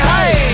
Hey